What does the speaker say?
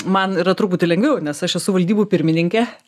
man yra truputį lengviau nes aš esu valdybų pirmininkė